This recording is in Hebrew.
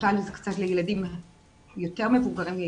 שהפורטל הוא קצת לילדים יותר מבוגרים,